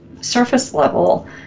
surface-level